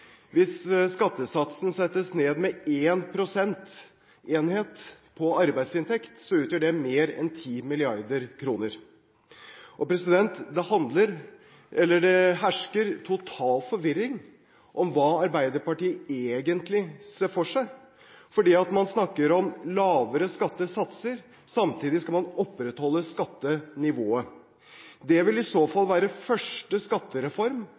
Hvis skattesatsen settes ned med én prosentenhet på arbeidsinntekt, utgjør det mer enn 10 mrd. kr. Det hersker total forvirring om hva Arbeiderpartiet egentlig ser for seg, fordi man snakker om lavere skattesatser og samtidig skal man opprettholde skattenivået. Det vil i så fall være første skattereform